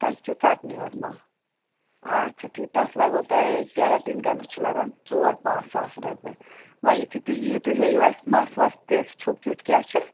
تۄہہِ چھُو ژَٹنٕے یوت مَس آچھا ٹھیٖک تَتھ لَگو تۄہہِ کٮ۪رَٹیٖن کَرنَس چھِ لَگان ژور پانٛژھ ساس رۄپیہِ وۄنۍ یُتھُے تُہۍ ییٖو تُہۍ ہٲیِو اَسہِ مَس وَس تہِ چھُ کیُتھ کیٛاہ چھُ